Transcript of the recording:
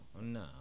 no